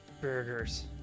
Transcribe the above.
burgers